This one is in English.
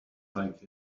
like